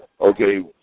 okay